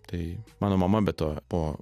tai mano mama be to po